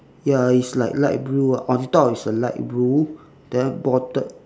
ya it's like light blue ah on top is a light blue then bottom